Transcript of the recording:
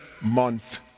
month